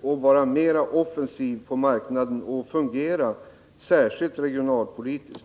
vara mer offensiv på marknaden och särskilt att fungera regionalpolitiskt.